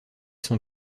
sont